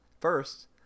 First